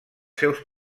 seus